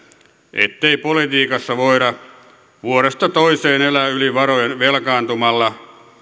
ettei politiikassa voida vuodesta toiseen elää yli varojen velkaantumalla